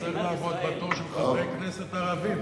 היית צריך לעמוד בתור של חברי כנסת ערבים.